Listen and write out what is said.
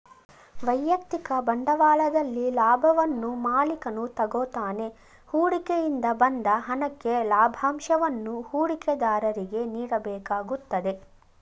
ವೈಯಕ್ತಿಕ ಬಂಡವಾಳದಲ್ಲಿ ಲಾಭವನ್ನು ಮಾಲಿಕನು ತಗೋತಾನೆ ಹೂಡಿಕೆ ಇಂದ ಬಂದ ಹಣಕ್ಕೆ ಲಾಭಂಶವನ್ನು ಹೂಡಿಕೆದಾರರಿಗೆ ನೀಡಬೇಕಾಗುತ್ತದೆ